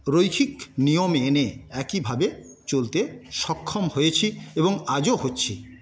রৈখিক নিয়মে এনে একইভাবে চলতে সক্ষম হয়েছি এবং আজও হচ্ছি